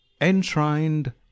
Enshrined